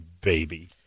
baby